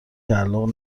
تعلق